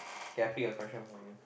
okay I pick a question for you